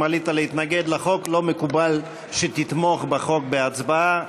עלית להתנגד לחוק לא מקובל שתתמוך בחוק בהצבעה.